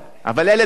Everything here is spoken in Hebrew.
גם ברווחה,